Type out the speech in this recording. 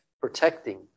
protecting